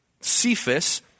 Cephas